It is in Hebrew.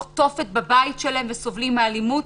הממשלה,